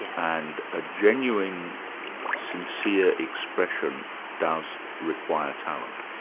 and a genuine sincere expression does require talent.